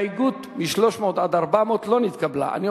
ההסתייגות מס' 4 לחלופין הרביעית של קבוצת סיעת האיחוד הלאומי לסעיף 1